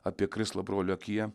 apie krislą brolio akyje